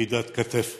יחידת כת"ף